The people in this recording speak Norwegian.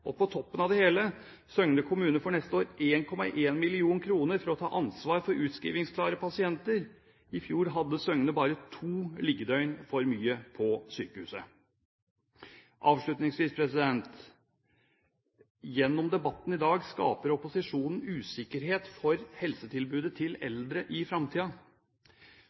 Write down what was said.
Og på toppen av det hele: Søgne kommune får neste år 1,1 mill. kr for å ta ansvar for utskrivingsklare pasienter. I fjor hadde man i Søgne bare to liggedøgn for mye på sykehuset. Avslutningsvis: Gjennom debatten i dag skaper opposisjonen usikkerhet om helsetilbudet til eldre i